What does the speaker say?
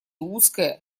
узкая